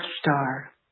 star